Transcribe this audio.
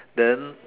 then